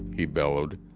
he bellowed.